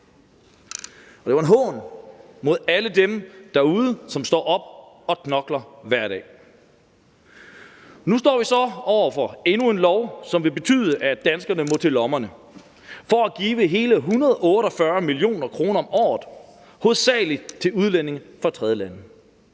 og det er jo en hån mod alle dem derude, som står op og knokler hver dag. Nu står vi så over for endnu en lov, som vil betyde, at danskerne må til lommerne for at give hele 148 mio. kr. om året, hovedsagelig til udlændinge fra tredjelande,